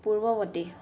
পূৰ্ৱবৰ্তী